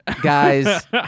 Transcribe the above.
Guys